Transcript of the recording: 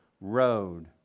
road